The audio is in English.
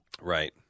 Right